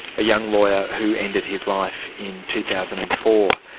a young lawyer who ended his life in two thousand and four.